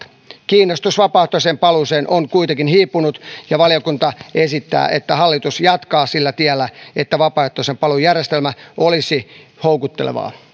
kiinnostus vapaaehtoiseen paluuseen on kuitenkin hiipunut ja valiokunta esittää että hallitus jatkaa sillä tiellä että vapaaehtoisen paluun järjestelmä olisi houkutteleva